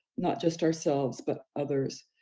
not just ourselves, but others.